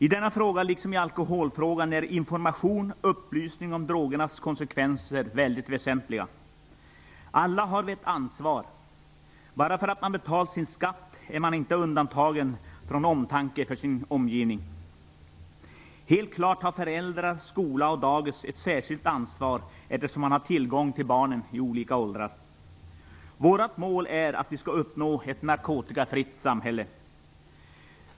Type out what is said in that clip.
I denna fråga, liksom i alkoholfrågan, är information och upplysning om drogernas konsekvenser väsentliga. Alla har vi ett ansvar. Bara för att man har betalat sin skatt är man inte undantagen från skyldigheten att visa omtanke om sin omgivning. Helt klart har föräldrar, skola och dagis ett särskilt ansvar, eftersom man har tillgång till barn i olika åldrar. Vårt mål är ett narkotikafritt samhälle.